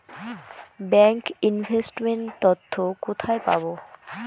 Bank investment তথ্য কোথায় পাব?